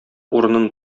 урынын